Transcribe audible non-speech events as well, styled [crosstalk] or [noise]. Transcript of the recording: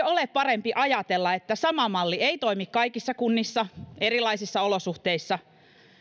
[unintelligible] ole parempi ajatella että sama malli ei toimi kaikissa kunnissa erilaisissa olosuhteissa